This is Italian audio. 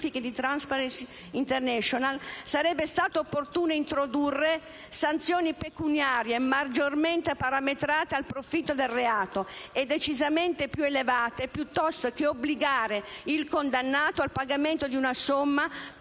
di Transparency International, sarebbe stato opportuno introdurre sanzioni pecuniarie maggiormente parametrate al profitto del reato e decisamente più elevate, piuttosto che obbligare il condannato al pagamento di una somma pari